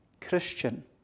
Christian